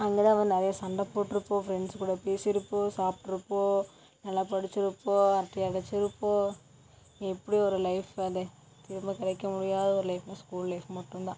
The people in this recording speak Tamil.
அங்கே தான் வந்து நிறைய சண்டை போட்டுருப்போம் ஃப்ரெண்ட்ஸ் கூட பேசிருப்போம் சாப்பிட்ருப்போம் நல்லா படிச்சுருப்போம் அரட்டை அடிச்சுருப்போம் இப்படி ஒரு லைஃப் வந்து திரும்ப கிடைக்க முடியாத ஒரு லைஃப்னா ஸ்கூல் லைஃப் மட்டும்தான்